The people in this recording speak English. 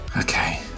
Okay